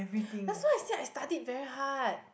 that's why I said I studied very hard